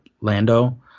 Lando